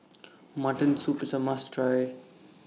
Mutton Soup IS A must Try